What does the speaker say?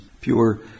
pure